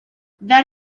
that